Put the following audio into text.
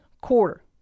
quarter